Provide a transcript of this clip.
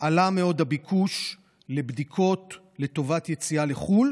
עלה מאוד הביקוש לבדיקות לטובת יציאה לחו"ל